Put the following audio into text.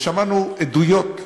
ושמענו עדויות.